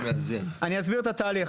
אני אסביר את התהליך.